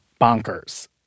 bonkers